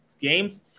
games